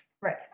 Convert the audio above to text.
right